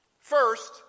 First